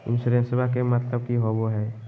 इंसोरेंसेबा के मतलब की होवे है?